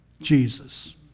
Jesus